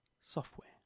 Software